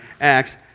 Acts